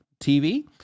TV